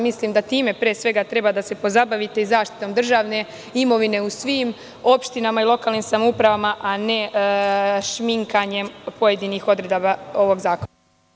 Mislim da treba pre svega time da se pozabavite, zaštitom državne imovine u svim opštinama i lokalnim samoupravama, a ne šminkanjem pojedinih odredaba ovog zakona.